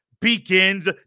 begins